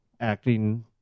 acting